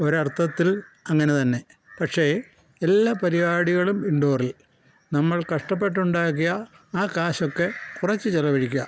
ഒരർത്ഥത്തിൽ അങ്ങനെ തന്നെ പക്ഷേ എല്ലാ പരിപാടികളും ഇൻഡോറിൽ നമ്മൾ കഷ്ടപ്പെട്ടുണ്ടാക്കിയ ആ കാശൊക്കെ കുറച്ച് ചിലവഴിക്കാം